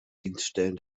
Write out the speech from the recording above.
dienststellen